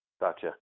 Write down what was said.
gotcha